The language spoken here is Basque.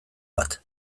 bat